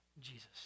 Jesus